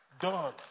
Done